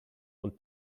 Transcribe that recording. und